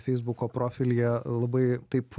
feisbuko profilyje labai taip